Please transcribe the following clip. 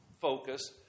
focus